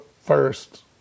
first